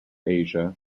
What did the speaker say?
asia